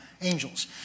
angels